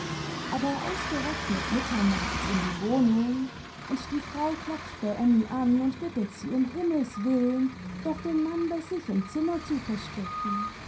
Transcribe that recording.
ber ausgerechnet mitternachts in die wohnung und die frau klopft bei emmy an und bittet sie um himmelswillen doch den mann bei sich im zimmer zu verstecken